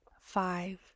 five